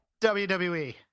WWE